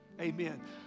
amen